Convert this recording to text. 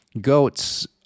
GOATS